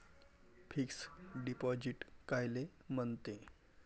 Fix deposit कायले म्हनते?